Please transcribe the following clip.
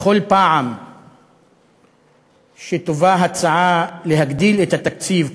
בכל פעם שתובא הצעה להגדיל את התקציב,